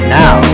now